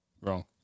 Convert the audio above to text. wrong